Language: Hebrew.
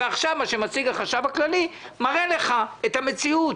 ועכשיו מה שמציג החשב הכללי מראה לך את המציאות,